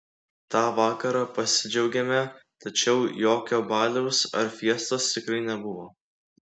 tą vakarą pasidžiaugėme tačiau jokio baliaus ar fiestos tikrai nebuvo